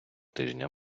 тижня